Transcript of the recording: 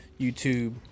YouTube